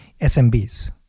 SMBs